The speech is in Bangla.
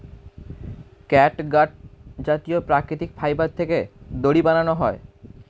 ক্যাটগাট জাতীয় প্রাকৃতিক ফাইবার থেকে দড়ি বানানো হয়